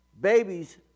babies